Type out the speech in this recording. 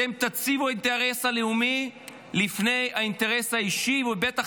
אתם תציבו את האינטרס הלאומי לפני האינטרס האישי ובטח